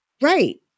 Right